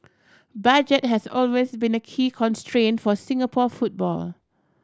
budget has always been a key constraint for Singapore football